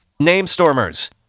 Namestormers